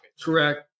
Correct